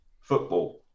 football